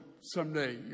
someday